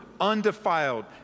undefiled